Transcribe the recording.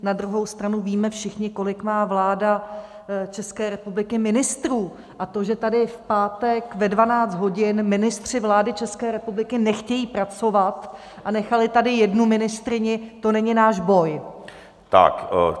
Na druhou stranu, víme všichni, kolik má vláda České republiky ministrů, a to, že tady v pátek ve 12 hodin ministři vlády České republiky nechtějí pracovat a nechali tady jednu ministryni, to není náš boj.